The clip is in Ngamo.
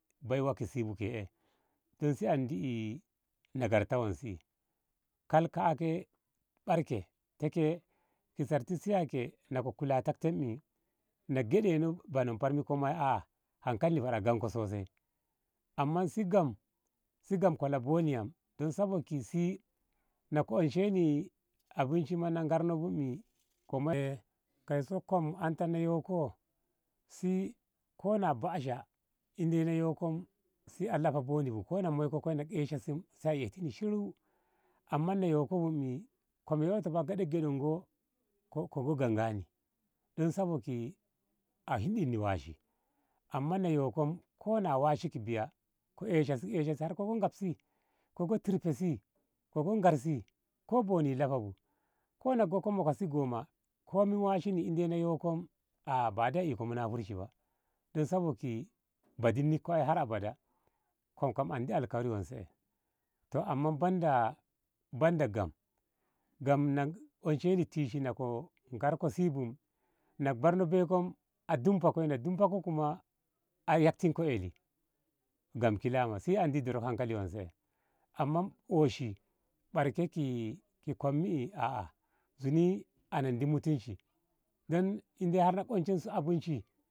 Baiwa ki si bu ke. edon si andi e nagarta wonse kal ka. a ke barke te ke ta sarkit tiya ke na ko kulatek si e na gyeɗeno banoh far min ko wom a hankalini far a gyamko sosai amma si gam si gam kola boni yam don sabok si na ko onshenni abunshim ma na ngarno bu kaiso kom na yokosi ko na basha indei na yo kom si a laha boni buko na moiko koi na esha si sai a itunni shiru amma na yoko wom e kom yoto fa gyaɗa gyaɗa ngoi ko go gyangyana don sabok a hinɗi ni washi amma na yokom ko a washi ki biya ko esha si ko esha si har ko go ngabsi ko go turka si ko go ngarsi ko boni a laha bu kona go ko moka si goma komin washi ni indai na yom badai iko munafurci bu don sabok badi ni ki koi har abada kom kam andi alkawari wonse amma banda gam gam na ko onshenni tishi na ko narko si bu a na ko barno bei ko a dumpa koi na dumpa koi kuma a yaktiko eli gam kilama si andi dirak hankali wom amma oshi barke ki kom e zuni andi mutunci don in dai har na onshen su abunshim.